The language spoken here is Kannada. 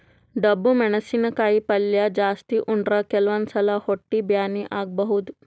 ಡಬ್ಬು ಮೆಣಸಿನಕಾಯಿ ಪಲ್ಯ ಜಾಸ್ತಿ ಉಂಡ್ರ ಕೆಲವಂದ್ ಸಲಾ ಹೊಟ್ಟಿ ಬ್ಯಾನಿ ಆಗಬಹುದ್